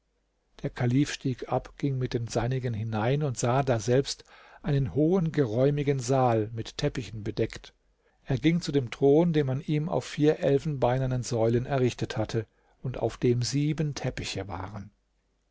der kalif stieg ab ging mit den seinigen hinein und sah daselbst einen hohen geräumigen saal mit teppichen bedeckt er ging zu dem thron den man ihm auf vier elfenbeinernen säulen errichtet hatte und auf dem sieben teppiche waren